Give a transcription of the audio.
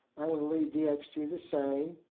i want to leave dx two the same.